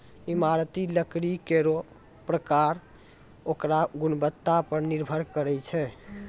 इमारती लकड़ी केरो परकार ओकरो गुणवत्ता पर निर्भर करै छै